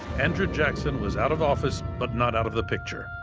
andrew jackson was out of office, but not out of the picture.